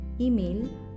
email